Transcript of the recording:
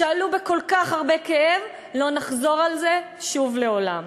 שעלו בכל כך הרבה כאב, לא נחזור על זה שוב לעולם.